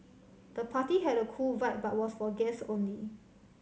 the party had a cool vibe but was for guest only